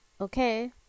Okay